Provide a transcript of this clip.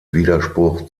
widerspruch